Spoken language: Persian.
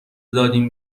دادیم